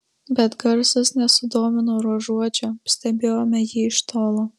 bet garsas nesudomino ruožuočio stebėjome jį iš tolo